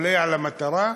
קולע למטרה?